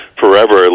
forever